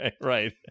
right